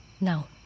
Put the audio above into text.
Now